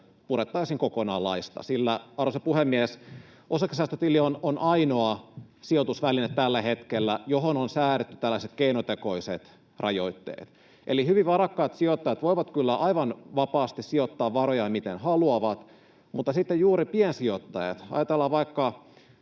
purettaisiin kokonaan laista, sillä, arvoisa puhemies, osakesäästötili on tällä hetkellä ainoa sijoitusväline, johon on säädetty tällaiset keinotekoiset rajoitteet. Eli hyvin varakkaat sijoittajat voivat kyllä aivan vapaasti sijoittaa varojaan, miten haluavat, mutta kun ajatellaan vaikka